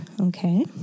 Okay